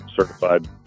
certified